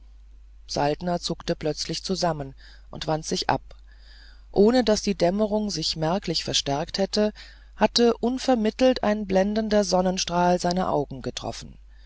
saltner zuckte plötzlich zusammen und wandte sich ab ohne daß die dämmerung sich merklich verstärkt hätte hatte unvermittelt ein blendender sonnenstrahl seine augen getroffen